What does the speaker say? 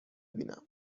بیینم